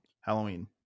Halloween